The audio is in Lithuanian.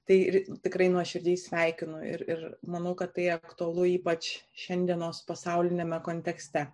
tai tikrai nuoširdžiai sveikinu ir ir manau kad tai aktualu ypač šiandienos pasauliniame kontekste